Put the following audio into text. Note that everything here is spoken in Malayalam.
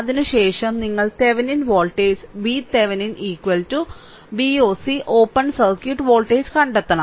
അതിനുശേഷം നിങ്ങൾ Thevenin voltage VThevenin Voc open circuit voltage കണ്ടെത്തണം